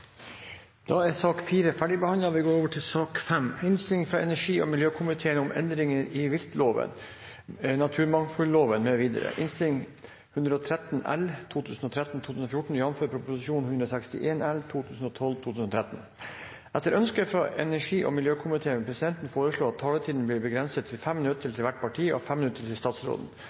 Da er sak nr. 4 ferdigbehandlet. Etter ønske fra energi- og miljøkomiteen vil presidenten foreslå at taletiden begrenses til 5 minutter til hvert parti og 5 minutter til statsråden.